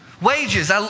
Wages